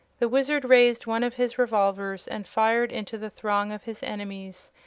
the wizard raised one of his revolvers and fired into the throng of his enemies,